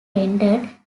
rendered